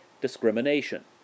discrimination